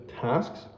tasks